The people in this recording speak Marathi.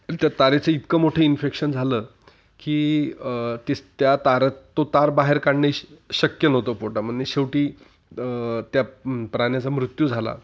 आणि त्या तारेचं इतकं मोठं इन्फेक्शन झालं की ते त्या तारात तो तार बाहेर काढणे शक्य नव्हतं पोटामधून म्हणजे शेवटी त्या प्राण्याचा मृत्यू झाला